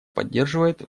поддерживает